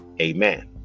Amen